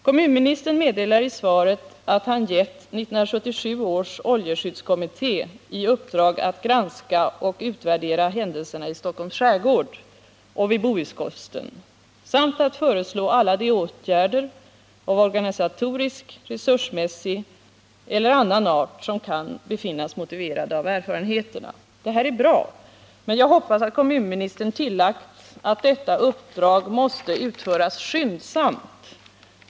Kommunministern meddelar i svaret att han gett 1977 års oljeskyddskommitté i uppdrag att granska och utvärdera händelserna såväl i Stockholms skärgård som vid Bohuskusten samt att ”föreslå alla de åtgärder av organisatorisk, resursmässig eller annan art som kan befinnas motiverade av erfarenheterna”. Detta är bra, men jag hoppas att kommunministern tillagt att detta uppdrag måste utföras skyndsamt.